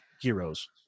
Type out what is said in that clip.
heroes